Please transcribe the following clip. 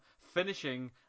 finishing